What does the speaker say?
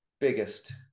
biggest